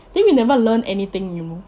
then we never learn anything you know